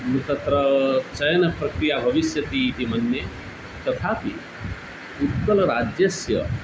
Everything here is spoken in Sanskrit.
तत्र चयनप्रक्रिया भविष्यति इति मन्ये तथापि उत्कलराज्यस्य